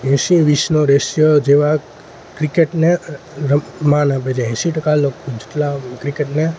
એંસી વીસનો રેશિયો જેવા ક્રિકેટને માન આપે છે એંસી ટકા લોકો જેટલાં ક્રિકેટને